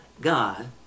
God